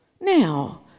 Now